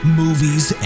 movies